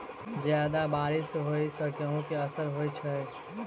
जियादा बारिश होइ सऽ गेंहूँ केँ असर होइ छै?